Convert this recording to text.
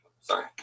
Sorry